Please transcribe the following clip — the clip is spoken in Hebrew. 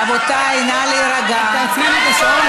רבותיי, נא להירגע.